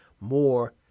more